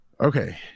okay